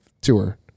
tour